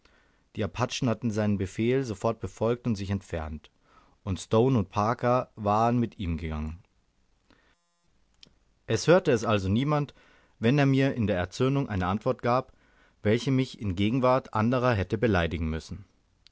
die apachen hatten seinen befehl sofort befolgt und sich entfernt und stone und parker waren mit ihnen gegangen es hörte es also niemand wenn er mir in der erzürnung eine antwort gab welche mich in gegenwart anderer hätte beleidigen müssen